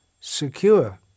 secure